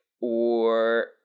or-